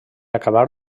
acabar